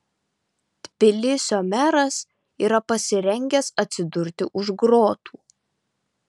tbilisio meras yra pasirengęs atsidurti už grotų